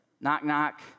Knock-knock